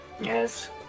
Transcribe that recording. Yes